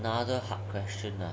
another hard question ah